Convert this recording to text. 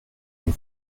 nous